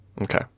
Okay